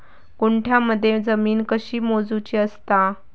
गुंठयामध्ये जमीन कशी मोजूची असता?